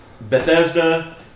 Bethesda